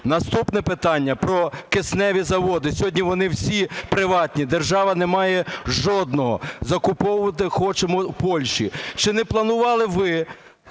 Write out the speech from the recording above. Наступне питання – про кисневі заводи, сьогодні вони всі приватні. Держава не має жодного, закуповувати хочемо у Польщі. Чи не планували ви